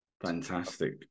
Fantastic